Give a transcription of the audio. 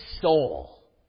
soul